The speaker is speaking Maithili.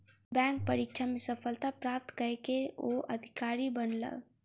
बैंक परीक्षा में सफलता प्राप्त कय के ओ अधिकारी बनला